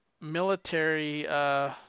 military